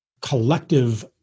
collective